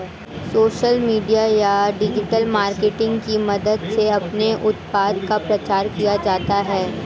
social media या digital marketing की मदद से अपने उत्पाद का प्रचार किया जाता है